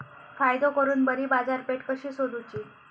फायदो करून बरी बाजारपेठ कशी सोदुची?